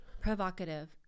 provocative